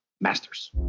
masters